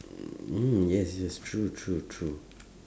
mm yes yes true true true